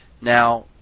Now